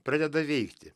pradeda veikti